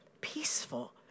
peaceful